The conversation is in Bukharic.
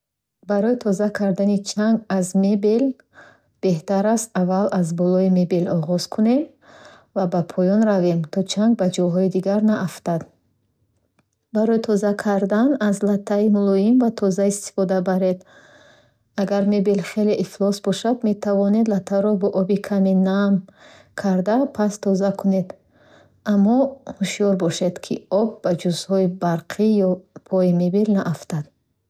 Барои тоза кардани чанг аз мебел беҳтар аст аввал аз болои мебел оғоз кунем ва ба поён равем, то чанг ба ҷойҳои дигар наафтад. Барои тоза кардан, аз латтаи мулоим ва тоза истифода баред. Агар мебел хеле ифлос бошад, метавонед латтаро бо оби каме нам карда, пас тоза кунед. Аммо ҳушёр бошед, ки об ба ҷузъҳои барқӣ ё пойи мебел наафтад.